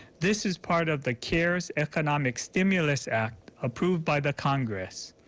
this is part of the cares economic stimulus act approved by the congress.